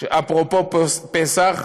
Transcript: אפרופו פסח,